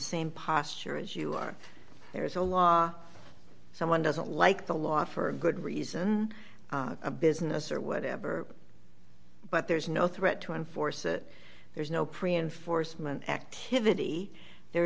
same posture as you are there is a law someone doesn't like the law for good reason a business or whatever but there's no threat to enforce it there's no pre enforcement activity there